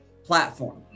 platform